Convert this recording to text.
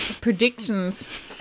Predictions